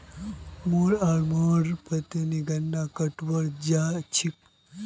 मी आर मोर पत्नी गन्ना कटवा जा छी